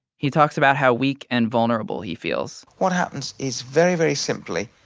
he talks about how weak and vulnerable he feels what happens is very, very simply,